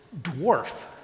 dwarf